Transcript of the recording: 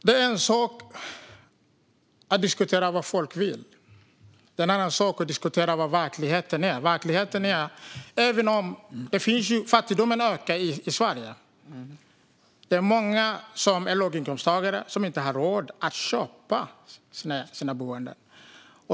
Fru talman! Det är en sak att diskutera vad folk vill. Det är en annan sak att diskutera hur verkligheten är. Fattigdomen ökar i Sverige. Det är många som är låginkomsttagare och som inte har råd att köpa sitt boende.